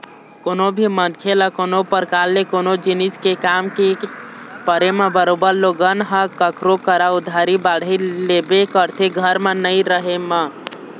कोनो भी मनखे ल कोनो परकार ले कोनो जिनिस के काम के परे म बरोबर लोगन ह कखरो करा उधारी बाड़ही लेबे करथे घर म नइ रहें म